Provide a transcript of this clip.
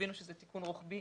שיבינו שזה תיקון רוחבי